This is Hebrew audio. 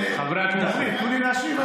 תנו לי להשיב,